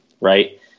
right